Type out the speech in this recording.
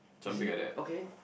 is it okay